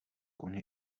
koně